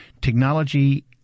Technology